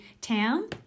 town